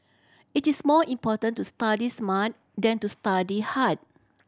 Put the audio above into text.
it is more important to study smart than to study hard